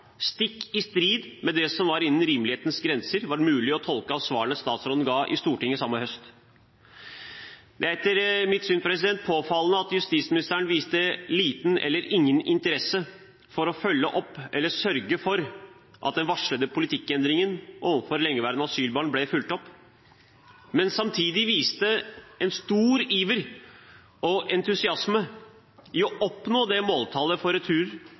stikk i strid med det som det innen rimelighetens grenser var mulig å tolke av svarene statsråden ga i Stortinget samme høst. Det er etter mitt syn påfallende at justisministeren viste liten eller ingen interesse for å følge opp eller sørge for at den varslede politikkendringen overfor lengeværende asylbarn ble fulgt opp, men samtidig viste en stor iver og entusiasme for å oppnå det måltallet for